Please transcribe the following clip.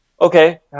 Okay